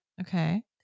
Okay